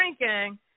drinking